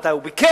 מתי הוא ביקר,